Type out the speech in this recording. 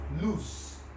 Lose